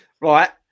right